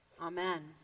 Amen